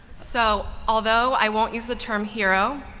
so although i won't use the term hero,